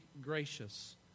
gracious